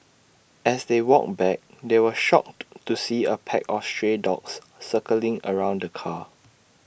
as they walked back they were shocked to see A pack of stray dogs circling around the car